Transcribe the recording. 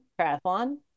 triathlon